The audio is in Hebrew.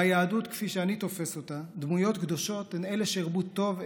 ביהדות כפי שאני תופס אותה דמויות קדושות הן אלה שהרבו טוב,